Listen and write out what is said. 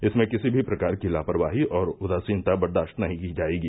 इसमें किसी भी प्रकार की लापरवाही एवं उदासीनता बर्दास्त नहीं की जायेगी